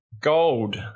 Gold